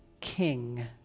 king